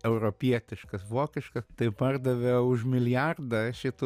europietiškas vokiška tai pardavė už milijardą šitų